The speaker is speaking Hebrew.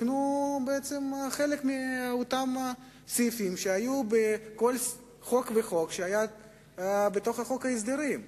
ותוקנו חלק מאותם סעיפים שהיו בכל חוק וחוק שהיה בחוק ההסדרים.